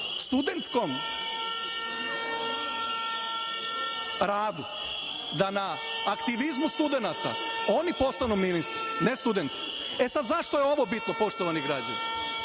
studentskom radu, da na aktivizmu studenata oni postanu ministri, ne studenti.Zašto je ovo bitno, poštovani građani?